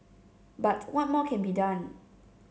but what more can be done